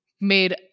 made